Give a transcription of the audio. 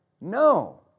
no